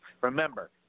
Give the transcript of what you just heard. Remember